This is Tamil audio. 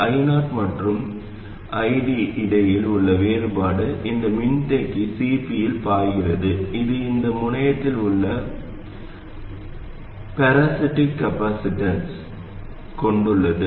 I0 மற்றும் ID இடையே உள்ள வேறுபாடு இந்த மின்தேக்கி Cp இல் பாய்கிறது இது இந்த முனையில் உள்ள பராசிட்டிக் காப்பாசிட்டன்ஸ் கொண்டுள்ளது